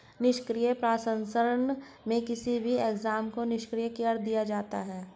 निष्क्रिय प्रसंस्करण में किसी भी एंजाइम को निष्क्रिय कर दिया जाता है